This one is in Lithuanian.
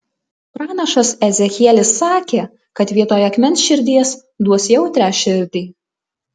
pranašas ezechielis sakė kad vietoj akmens širdies duos jautrią širdį